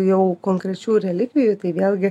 jau konkrečių relikvijų tai vėlgi